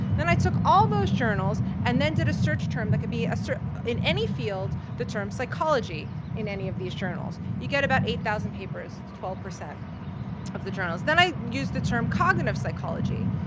then i took all those journals and then did a search term that could be in any field the term psychology in any of these journals. you get about eight thousand papers. it's twelve percent of the journals. then i used the term cognitive psychology.